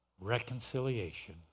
reconciliation